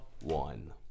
One